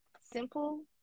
simple